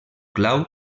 clau